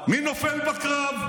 מי נופל בקרב?